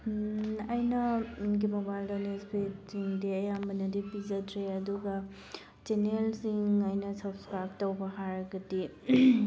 ꯑꯩꯅ ꯄꯦꯖꯁꯤꯡꯗꯤ ꯑꯌꯥꯝꯕꯅꯗꯤ ꯄꯤꯖꯗ꯭ꯔꯤ ꯑꯗꯨꯒ ꯆꯦꯟꯅꯦꯜꯁꯤꯡ ꯑꯩꯅ ꯁꯞꯁꯀ꯭ꯔꯥꯏꯞ ꯇꯧꯕ ꯍꯥꯏꯔꯒꯗꯤ